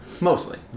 Mostly